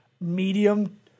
medium